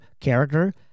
character